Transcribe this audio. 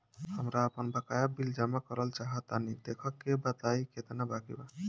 हमरा आपन बाकया बिल जमा करल चाह तनि देखऽ के बा ताई केतना बाकि बा?